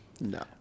no